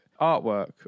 artwork